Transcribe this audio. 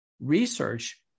research